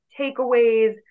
takeaways